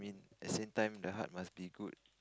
at same time the heart must be good